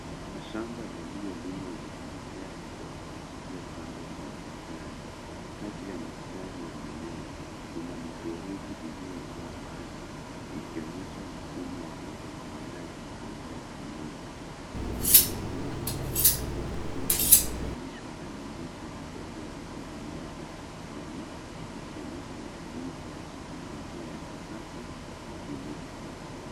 Mashamba yaliyolimwa yenye mimea midogo iliyopandwa kwa mistari. Kati ya mistari ya mimea kuna mifereji iliyojaa maji ikionyesha mfumo wa umwagiliaji unaotumika. Mimea mingine inaonekana ikiwa imeunganishwa na mirija midogo ya umwagiliaji wa matone, ikionyesha matumizi ya teknolojia ya kisasa kwa kilimo.